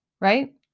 right